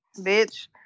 bitch